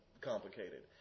complicated